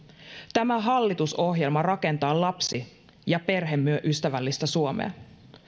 tämä hallitusohjelma rakentaa lapsi ja perheystävällistä suomea